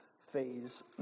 phase